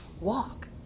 walk